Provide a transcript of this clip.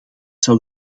zou